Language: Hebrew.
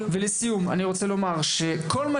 ולסיום, כל מה